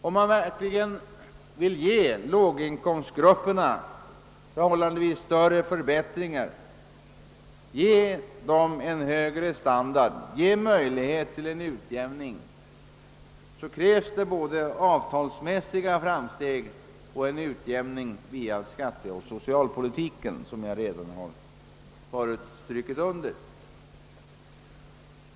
Om man verkligen vill ge låginkomstgrupperna förhållandevis större förbättringar, ge dem en högre standard och skapa möjligheter till en utjämning, krävs både avtalsmässiga framsteg och en utjämning via skatteoch socialpolitiken, som jag redan har strukit under.